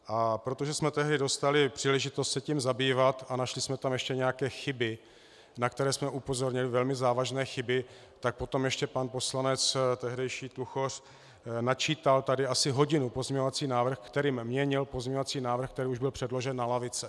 A protože jsme tehdy dostali příležitost se tím zabývat a našli jsme tam ještě nějaké chyby, na které jsme upozornili, velmi závažné chyby, tak potom ještě tehdejší pan poslanec Tluchoř načítal tady asi hodinu pozměňovací návrh, kterým měnil pozměňovací návrh, který už byl předložen na lavice.